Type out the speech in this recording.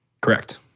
Correct